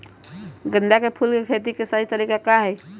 गेंदा के फूल के खेती के सही तरीका का हाई?